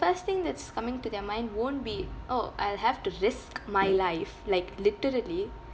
first thing that's coming to their mind won't be orh I'll have to risk my life like literally